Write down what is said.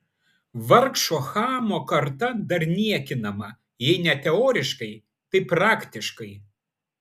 vargšo chamo karta dar niekinama jei ne teoriškai tai praktiškai